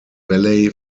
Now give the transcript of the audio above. valley